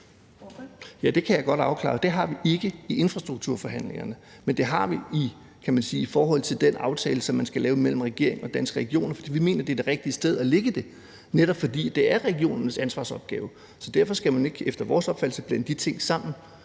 (V): Ja, det kan jeg godt afklare. Det har vi ikke i infrastrukturforhandlingerne, men det har vi i forhold til den aftale, som man skal lave mellem regeringen og Danske Regioner, for vi mener, at det er det rigtige sted at lægge det, netop fordi det er regionernes ansvarsopgave. Derfor skal man efter vores opfattelse ikke blande de ting sammen.